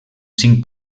cinc